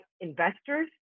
investors